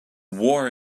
war